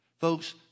Folks